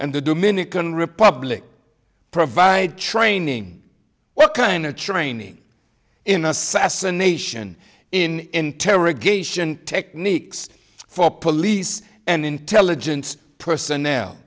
and the dominican republic provide training what kind of training in assassination in interrogation techniques for police and intelligence personnel